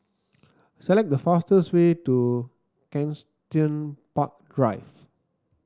select the fastest way to Kensington Park Drive